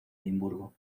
edimburgo